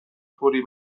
فوری